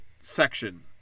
section